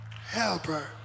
helper